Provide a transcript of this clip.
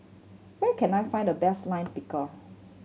where can I find the best Lime Pickle